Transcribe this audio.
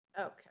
Okay